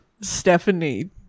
Stephanie